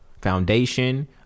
foundation